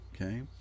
Okay